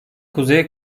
kuzey